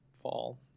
fall